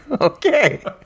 Okay